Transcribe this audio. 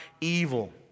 evil